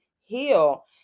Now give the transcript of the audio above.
heal